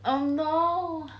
oh no